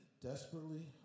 desperately